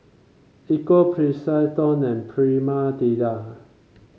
Equal and Prima Deli